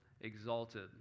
exalted